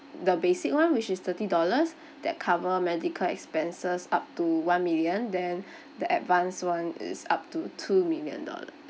the basic one which is thirty dollars that cover medical expenses up to one million then the advanced one is up to two million dollars